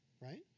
right